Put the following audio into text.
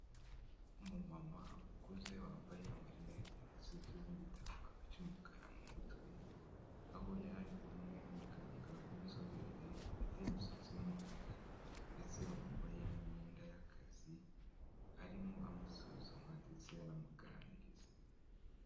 Umumama ukuze wambaye marinete ndetse uteze n'igitambaro cy'umukara mu mutwe, aho yarari kumwe n'umuganga w'inzobere ufite imisatsi y'umukara ndetse wambaye n'imyenda y'akazi arimo amusuzuma ndetse anamuganiriza.